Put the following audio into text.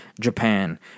Japan